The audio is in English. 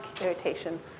irritation